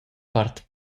part